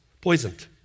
poisoned